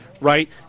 right